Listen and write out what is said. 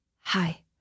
Hi